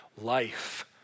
life